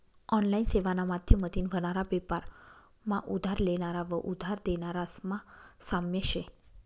online सेवाना माध्यमतीन व्हनारा बेपार मा उधार लेनारा व उधार देनारास मा साम्य शे